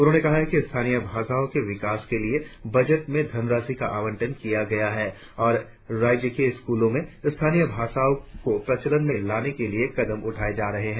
उन्होंने कहा कि स्थानीय भाषाओ के विकास के लिये बजट में धनराशि का आवंटन किया गया है और राज्य के स्कूलों में स्थानीय भाषाओं को प्रचलन में लाने के लिये कदम उठाये जा रहे है